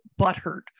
butthurt